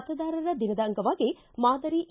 ಮತದಾರರ ದಿನದ ಅಂಗವಾಗಿ ಮಾದರಿ ಇ